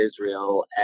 Israel